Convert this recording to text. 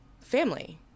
family